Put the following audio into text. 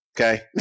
Okay